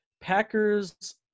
Packers